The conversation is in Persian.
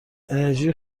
انرژی